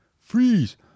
Freeze